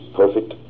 perfect